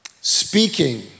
speaking